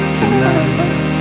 tonight